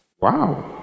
Wow